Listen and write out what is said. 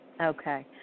Okay